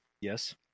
Yes